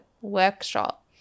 workshop